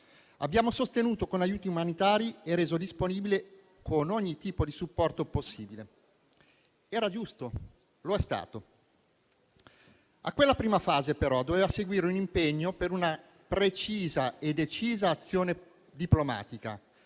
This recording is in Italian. Abbiamo sostenuto con aiuti umanitari e reso disponibile ogni tipo di supporto possibile. Era giusto, lo è stato. A quella prima fase, però, doveva seguire un impegno per una precisa e decisa azione diplomatica: